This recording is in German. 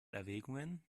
erwägungen